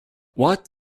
what